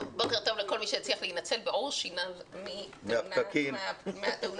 בוקר טוב לכל מי שהצליח להינצל בעור שיניו מהתאונה בכביש